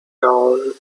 down